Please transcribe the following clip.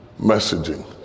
messaging